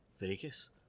Vegas